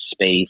space